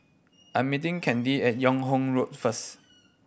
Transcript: I am meeting Kandy at Yung Ho Road first